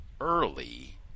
early